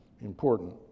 important